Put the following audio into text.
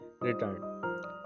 returned